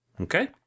Okay